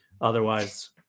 Otherwise